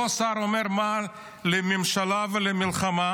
אותו שר שאומר מה לממשלה ולמלחמה,